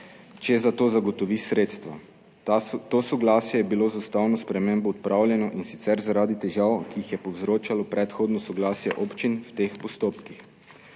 če za to zagotovi sredstva. To soglasje je bilo z ustavno spremembo odpravljeno in sicer zaradi težav, ki jih je povzročalo predhodno soglasje občin v teh postopkih.